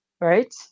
right